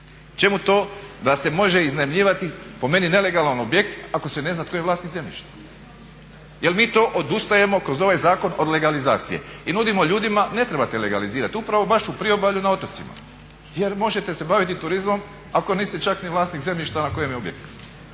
Čemu to da se može iznajmljivati po meni nelegalan objekt ako se ne zna tko je vlasnik zemljišta? Jel mi to odustajemo kroz ovaj zakon od legalizacije i nudimo ljudima ne trebate legalizirati upravo baš u priobalju na otocima jer možete se baviti turizmom ako niste čak ni vlasnik zemljišta na kojem je objekt.